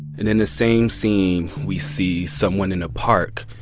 and in the same scene, we see someone in a park,